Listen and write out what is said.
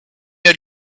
had